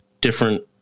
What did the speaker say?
different